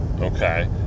Okay